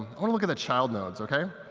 i want to look at the child nodes. ok?